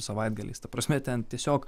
savaitgaliais ta prasme ten tiesiog